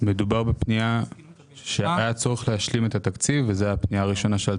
מדובר בפנייה שהיה צורך להשלים את התקציב וזו הפנייה הראשונה שעלתה.